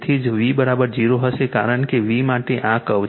તેથી જ V 0 હશે કારણ કે V માટે આ કર્વ છે